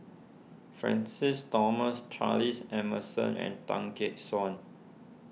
Francis Thomas Charles Emmerson and Tan Gek Suan